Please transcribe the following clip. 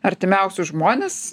artimiausius žmones